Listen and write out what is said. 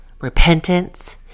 repentance